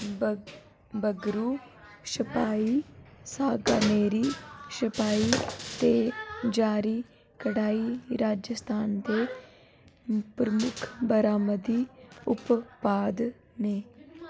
ब बब्गरू शपाई सागा नेरी शपाई ते जारी कढाई राजस्थान दे प्रमुख बरामदी उत्पाद न